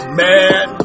man